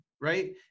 right